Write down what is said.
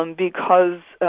um because,